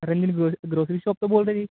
ਰੰਜਨ ਗ੍ਰੋ grocery shop ਤੋਂ ਬੋਲਦੇ ਜੀ